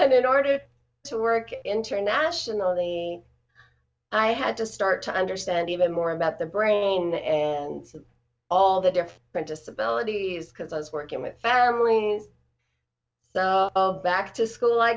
and in order to work internationally i had to start to understand even more about the brain and all the different disabilities because i was working with family back to school i